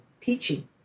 peachy